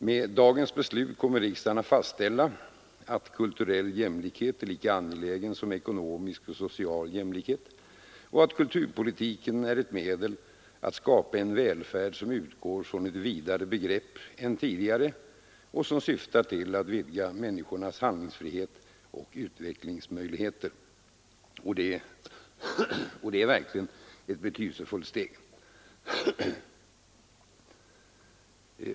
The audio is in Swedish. Med dagens beslut kommer riksdagen att fastställa att ”kulturell jämlikhet är lika angelägen som ekonomisk och social jämlikhet” och att ”kulturpolitiken är ett medel att skapa en välfärd som utgår från ett vidare begrepp än tidigare och som syftar till att vidga människornas handlingsfrihet och utvecklingsmöjligheter”. Det är verkligen ett betydelsefullt steg.